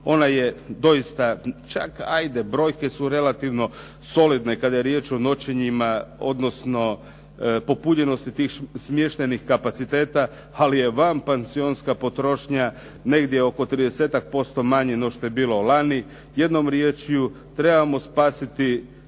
ona je doista, čak ajde brojke su relativno solidne kada je riječ o noćenjima, odnosno popunjenosti tih smještajnih kapaciteta, ali je vanpansionska potrošnja negdje oko 30-tak % manje no što je bilo lani. Jednom rječju, trebamo spasiti